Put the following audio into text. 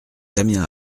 damien